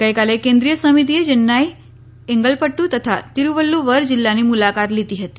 ગઈકાલે કેન્દ્રીય સમિતિએ ચેન્નાઈ એંગલપદુ તથા તીરૂવલ્લુવર જિલ્લાની મુલાકાત લીધી હતી